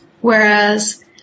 Whereas